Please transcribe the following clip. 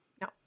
No